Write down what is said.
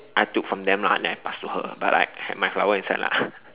I took from them lah then I pass to her but like have my flower inside lah